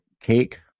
cake